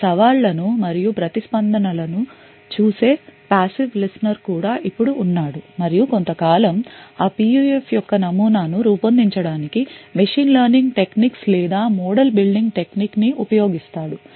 ఈ సవాళ్లను మరియు ప్రతిస్పందనలను చూసే passive listener కూడా ఇప్పుడు ఉన్నాడు మరియు కొంతకాలం ఆ PUF యొక్క నమూనాను రూపొందించడానికి machine learning టెక్నిక్స్ లేదా మోడల్ బిల్డింగ్ టెక్నిక్ని ఉపయోగిస్తాడు